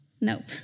Nope